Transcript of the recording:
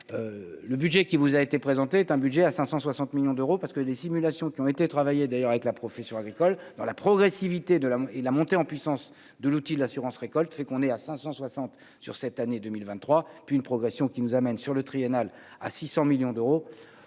le budget qui vous a été présenté un budget à 560 millions d'euros parce que les simulations qui ont été travaillé d'ailleurs avec la profession agricole dans la progressivité de la et la montée en puissance de l'outil de l'assurance-récolte fait qu'on est à 560 sur cette année 2023 puis une progression qui nous amène sur le triennal à 600 millions d'euros